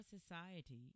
society